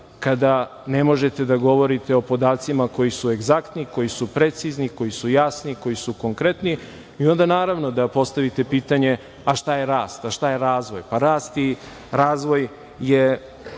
kada ne možete da govorite o podacima koji su egzaktni, koji su precizni, koji su jasni, koji su konkretni i onda naravno da postavite pitanje - šta je rast, a šta je razvoj? Rast i razvoj je